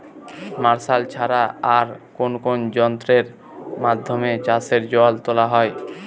Martial ছাড়া আর কোন কোন যন্ত্রেরর মাধ্যমে চাষের জল তোলা হয়?